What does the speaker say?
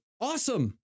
awesome